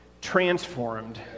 transformed